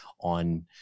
on